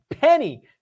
penny